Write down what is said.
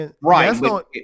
Right